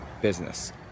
business